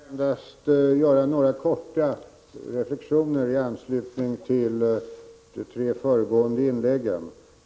Herr talman! Jag vill endast göra några korta reflektioner i anslutning till de tre föregående inläggen.